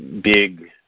big